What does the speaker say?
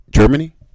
Germany